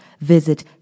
visit